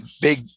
big